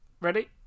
Ready